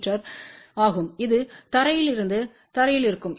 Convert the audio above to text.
me ஆகும் இது தரையில் இருந்து தரையில் இருக்கும்